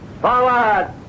forward